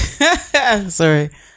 Sorry